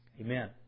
Amen